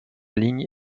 ligne